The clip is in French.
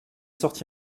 sorti